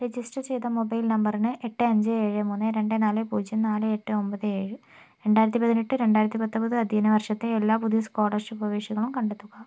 register ചെയ്ത mobile നമ്പറിന് എട്ട് അഞ്ച് ഏഴ് മൂന്ന് രണ്ട് നാല് പൂജ്യം നാല് എട്ട് ഒൻപത് ഏഴ് രണ്ടായിരത്തി പതിനെട്ട് രണ്ടായിരത്തി പത്തൊൻപത് അധ്യയന വർഷത്തെ എല്ലാ പുതിയ സ്കോളർഷിപ്പ് അപേക്ഷകളും കണ്ടെത്തുക